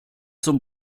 zum